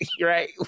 Right